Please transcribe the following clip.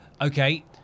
Okay